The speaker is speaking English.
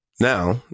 Now